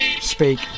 speak